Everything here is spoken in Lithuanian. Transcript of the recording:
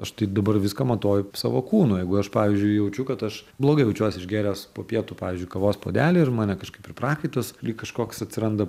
aš tai dabar viską matuoju savo kūnu jeigu aš pavyzdžiui jaučiu kad aš blogai jaučiuosi išgėręs po pietų pavyzdžiui kavos puodelį ir mane kažkaip ir prakaitas lyg kažkoks atsiranda